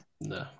No